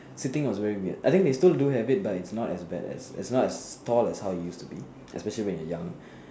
sitting was very weird I think they still do have it but it's not as bad as it's not as tall as how it used to be especially when you are young